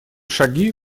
шаги